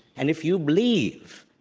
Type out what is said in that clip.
and if you believe,